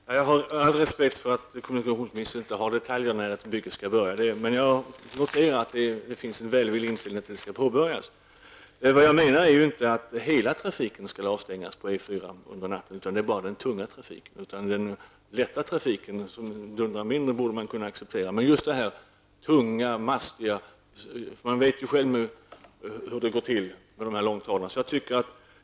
Herr talman! Jag har all respekt för att kommunikationsministern inte kan lämna några detaljer om när byggandet skall påbörjas. Men jag noterar att inställningen är välvillig till att det skall påbörjas. Jag menar inte att hela trafiken på E 4 skall avstängas nattetid, utan jag avser bara den tunga trafiken. Den lätta trafiken som dundrar mindre borde man kunna acceptera. Jag vet ju själv hur det brukar gå till med de tunga mastiga långtradarna.